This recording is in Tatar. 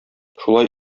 шулай